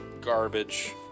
Garbage